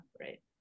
right